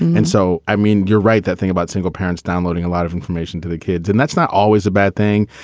and so, i mean, you're right. that thing about single parents downloading a lot of information to the kids. and that's not always a bad thing.